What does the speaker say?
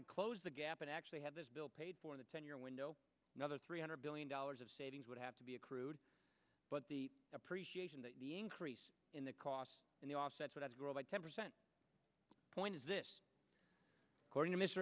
to close the gap and actually have this bill paid for the ten year window another three hundred billion dollars of savings would have to be accrued but the appreciation that the increase in the costs and the offsets that's grow by ten percent point is this according to m